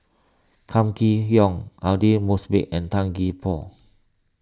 Kam Kee Yong Aidli Mosbit and Tan Gee Paw